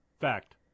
Fact